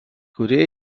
kurie